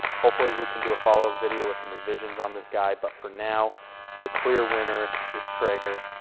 hopefully we can do a followup video with some revisions on this guy, but for now the clear winner is traeger,